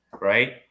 right